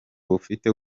bufite